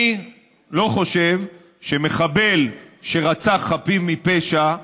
אני לא חושב שמחבל שרצח חפים מפשע,